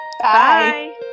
Bye